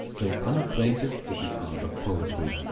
though unacquainted with the art of poetry.